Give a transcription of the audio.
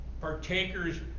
Partakers